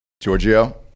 Giorgio